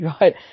right